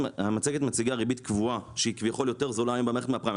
המצגת מציגה ריבית קבועה שהיא כביכול יותר זולה מהפריים,